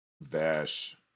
Vash